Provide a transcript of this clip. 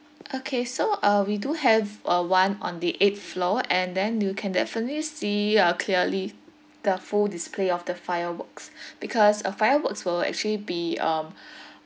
okay so uh we do have uh one on the eighth floor and then you can definitely see uh clearly the full display of the fireworks because the fireworks will actually be um